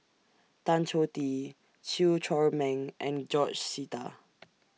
Tan Choh Tee Chew Chor Meng and George Sita